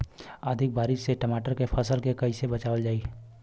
अधिक बारिश से टमाटर के फसल के कइसे बचावल जाई?